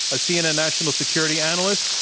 a cnn national security analyst.